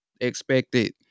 expected